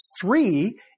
three